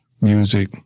music